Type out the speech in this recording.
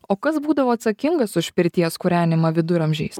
o kas būdavo atsakingas už pirties kūrenimą viduramžiais